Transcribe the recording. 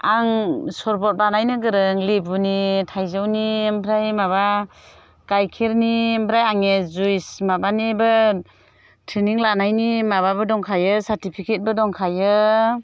आं सरबद बानायनो गोरों लेबुनि थाइजौनि ओमफ्राय माबा गाइखेरनि ओमफ्राय आङो जुइस माबानिबो ट्रैनिं लानायनि माबाबो दंखायो सार्टिफिकेटबो दंखायो